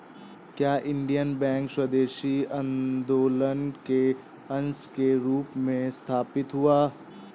क्या Indian bank स्वदेशी आंदोलन के अंश के रूप में स्थापित हुआ?